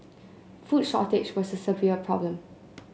food shortage was a severe problem